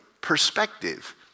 perspective